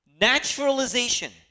Naturalization